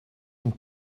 een